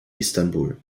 istanbul